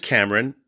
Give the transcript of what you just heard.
Cameron